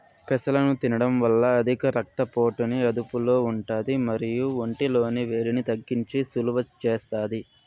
పెసలను తినడం వల్ల అధిక రక్త పోటుని అదుపులో ఉంటాది మరియు ఒంటి లోని వేడిని తగ్గించి సలువ చేస్తాది